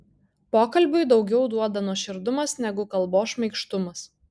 pokalbiui daugiau duoda nuoširdumas negu kalbos šmaikštumas